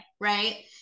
right